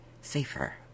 Safer